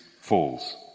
falls